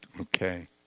Okay